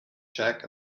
jack